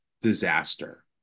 disaster